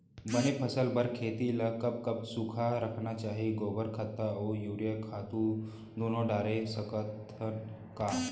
बने फसल बर खेती ल कब कब सूखा रखना चाही, गोबर खत्ता और यूरिया खातू दूनो डारे सकथन का?